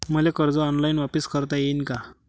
मले कर्ज ऑनलाईन वापिस करता येईन का?